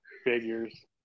Figures